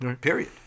Period